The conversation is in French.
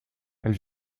elle